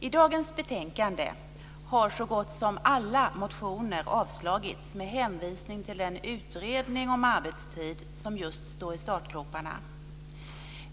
I dagens betänkande har så gott som alla motioner avslagits med hänvisning till den utredning om arbetstid som just är i startgroparna.